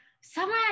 Summer